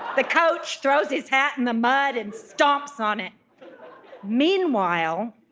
the coach throws his hat in the mud and stomps on it meanwhile,